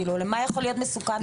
כאילו מה יכול להיות מסוכן בו?